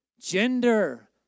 gender